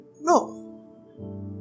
No